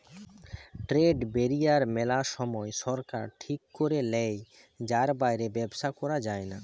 trade barrier মেলা সময় সরকার ঠিক করে লেয় যার বাইরে ব্যবসা করা যায়না